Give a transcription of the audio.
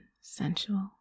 sensual